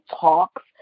talks